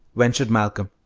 ventured malcolm.